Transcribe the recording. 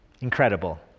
incredible